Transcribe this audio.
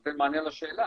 נותן מענה לשאלה.